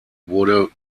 wurde